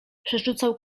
przerzucał